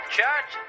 Church